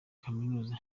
kaminuza